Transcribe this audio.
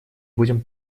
будем